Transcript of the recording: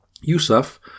Yusuf